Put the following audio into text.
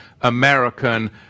American